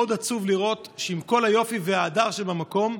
מאוד עצוב לראות שעם כל היופי וההדר שבמקום,